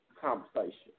conversation